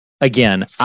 again